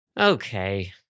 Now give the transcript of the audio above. Okay